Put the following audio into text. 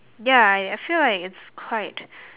ya I I feel like it's quite